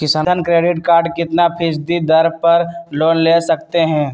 किसान credit card कितना फीसदी दर पर लोन ले सकते हैं?